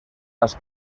las